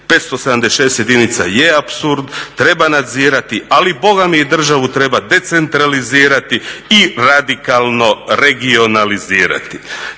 576 jedinica je apsurd, treba nadzirati. Ali bogami i državu treba decentralizirati i radikalno regionalizirati.